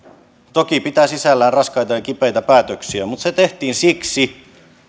toki pitää sisällään raskaita ja kipeitä päätöksiä se tehtiin siksi